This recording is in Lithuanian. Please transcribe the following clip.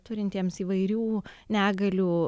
turintiems įvairių negalių